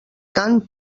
tant